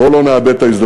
בואו לא נאבד את ההזדמנות.